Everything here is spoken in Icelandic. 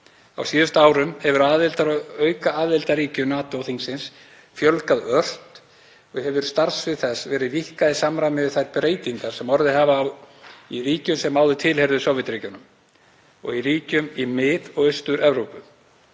Á síðustu árum hefur aðildar- og aukaaðildarríkjum NATO-þingsins fjölgað ört og hefur starfssvið þess verið víkkað í samræmi við þær breytingar sem orðið hafa í ríkjum sem áður tilheyrðu Sovétríkjunum og í ríkjum í Mið- og Austur-Evrópu.